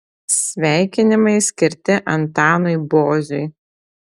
sveikinimai skirti antanui boziui